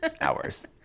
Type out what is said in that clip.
hours